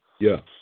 yes